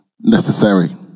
necessary